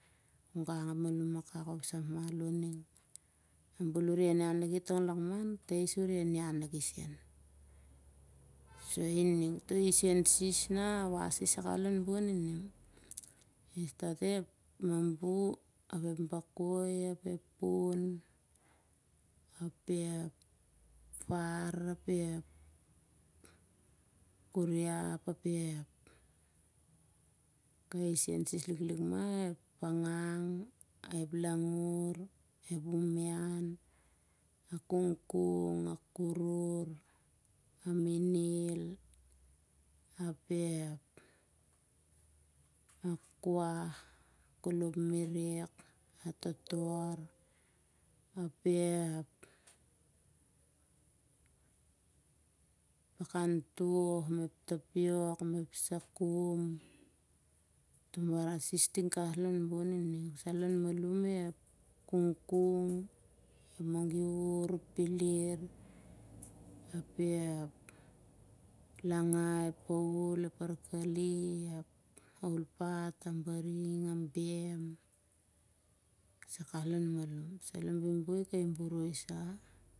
Gang ep malum akak oh ep sah malo ning. nah bel uh rere ian ian i tong lakman, tais ol ian ian i sen. toh risen sis nah wasi sah kawas lon bon ining, ep mambu, ep bakoi, ep pun, ep ap ep far ap ep kukuriap ap ep, kai risen sis liklik mah ep ep pangan. ep langur. ep humian. ep kungkung kai kuru, a minil. ap ep. a kuaf. kolop merek, a totor ap ep pakan toh, tapio, mah ep sakum. toh mamaran sis ting kawas lon bon ining. sai lon malum ep kongkong. ep magiur. ep peler. ep langai, ep pauul. ep par kali ep hulpat, a baring, a bem sai kawas low malum. sai lon buibui kai boroi sah